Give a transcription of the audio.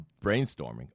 brainstorming